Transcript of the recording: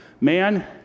Man